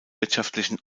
wirtschaftlichen